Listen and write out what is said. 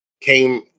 came